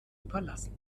überlassen